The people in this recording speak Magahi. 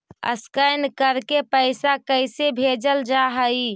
स्कैन करके पैसा कैसे भेजल जा हइ?